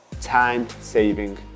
time-saving